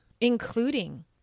including